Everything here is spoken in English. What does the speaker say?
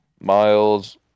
Miles